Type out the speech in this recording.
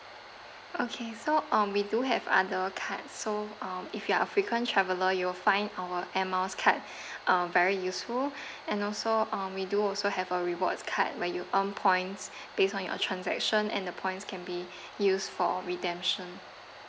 okay so um we do have other cards so um if you are a frequent traveller you will find our air miles card um very useful and also uh we do also have a rewards card where you earn points based on your transaction and the points can be used for redemption